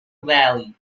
valley